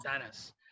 Dennis